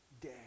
day